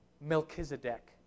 Melchizedek